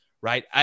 right